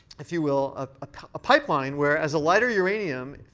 if you will, ah ah a pipeline whereas a lighter uranium,